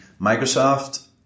Microsoft